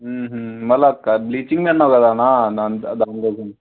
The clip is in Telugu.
మళ్ళా క బ్లీచింగ్ అన్నావు కదన్న దానికో దానికోసం